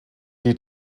die